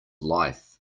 life